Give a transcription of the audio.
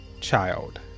child